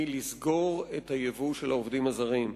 היא לסגור את הייבוא של העובדים הזרים.